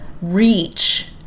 Reach